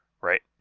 Right